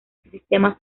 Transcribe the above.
sistema